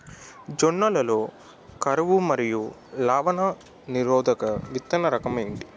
జొన్న లలో కరువు మరియు లవణ నిరోధక విత్తన రకం ఏంటి?